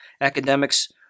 academics